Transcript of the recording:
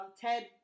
Ted